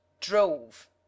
Drove